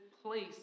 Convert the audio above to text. place